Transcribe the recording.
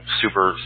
super